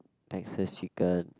Texas chicken